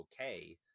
okay